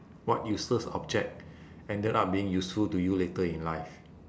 what useless object ended up being useful to you later in life